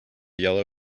yellow